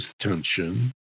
tension